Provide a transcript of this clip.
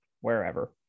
wherever